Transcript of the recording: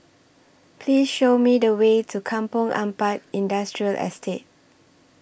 Please Show Me The Way to Kampong Ampat Industrial Estate